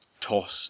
tossed